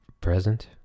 present